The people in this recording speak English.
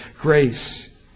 grace